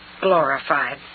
glorified